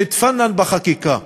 תתפאנן בחקיקה.